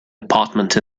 apartment